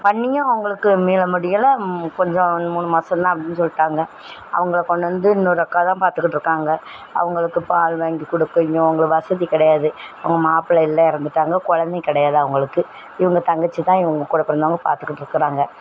பண்ணியும் அவர்களுக்கு மீள முடியலை கொஞ்சம் மூணு மாதந்தான் அப்படின்னு சொல்லிட்டாங்க அவங்களை கொண்டு வந்து இன்னொரு அக்காதான் பார்த்துக்கிட்டுருக்காங்க அவங்களுக்கு பால் வாங்கி கொடுக்கையும் அவங்களுக்கு வசதி கிடையாது அவங்க மாப்ளை இல்லை இறந்துட்டாங்க குழந்தையும் கிடயாது அவங்களுக்கு இவங்க தங்கச்சிதான் இவங்க கூட பிறந்தவங்க பார்த்துக்கிட்டு இருக்கிறாங்க